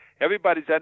everybody's